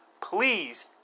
please